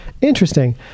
interesting